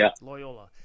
Loyola